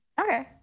Okay